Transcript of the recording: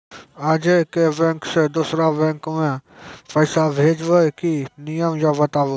आजे के बैंक से दोसर बैंक मे पैसा भेज ब की नियम या बताबू?